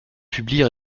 publie